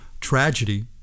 tragedy